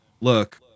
look